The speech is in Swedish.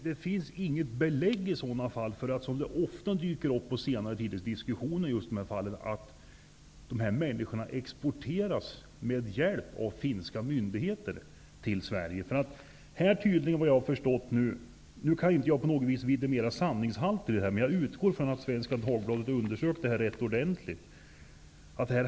Herr talman! I sådana fall finns det alltså inga belägg för sådana påståenden som på senare tid ofta har dykt upp i diskussioner kring dessa frågor, nämligen att de här människorna exporteras till Sverige med hjälp av finska myndigheter? Jag kan inte på något vis vidimera sanningshalten i tidningsartikeln, men jag utgår från att Svenska Dagbladet har undersökt saken rätt ordentligt.